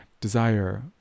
desire